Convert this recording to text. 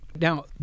Now